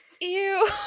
Ew